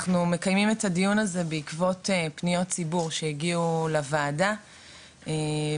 אנחנו מקיימים את הדיון הזה בעקבות פניות ציבור שהגיעו לוועדה מאזרחים,